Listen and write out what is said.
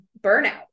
burnout